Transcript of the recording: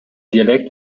dialekt